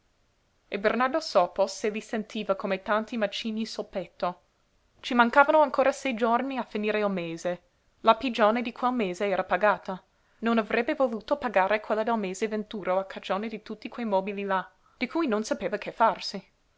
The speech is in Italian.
e bernardo sopo se li sentiva come tanti macigni sul petto ci mancavano ancora sei giorni a finire il mese la pigione di quel mese era pagata non avrebbe voluto pagare quella del mese venturo a cagione di tutti quei mobili là di cui non sapeva che farsi